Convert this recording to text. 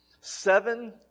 seven